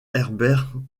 herbert